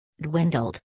dwindled